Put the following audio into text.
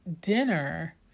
dinner